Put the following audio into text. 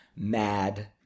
Mad